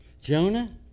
Jonah